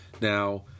Now